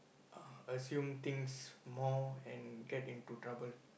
uh assume things more and get into trouble